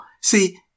See